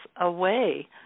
away